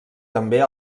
també